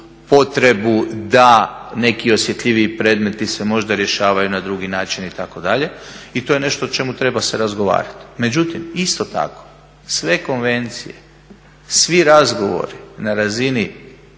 potrebu da neki osjetljiviji predmeti se možda rješavaju na drugi način itd. I to je nešto o čemu treba se razgovarati. Međutim, isto tako sve konvencije, svi razgovori na razini